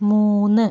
മൂന്ന്